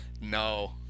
no